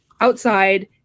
outside